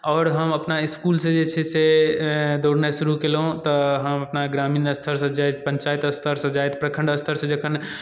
आओर हम अपना इस्कूलसँ जे छै से दौड़नाइ शुरू केलहुँ तऽ हम अपना ग्रामीण स्तरसँ जाइ पञ्चायत स्तरसँ जाइत प्रखण्ड स्तरसँ जखन